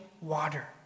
water